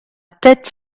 tête